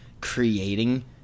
creating